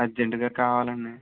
అర్జెంట్గా కావాలండి